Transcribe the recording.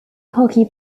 hockey